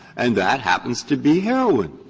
and that happens to be heroin.